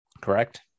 Correct